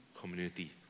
community